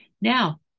Now